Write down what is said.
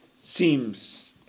seems